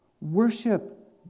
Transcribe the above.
worship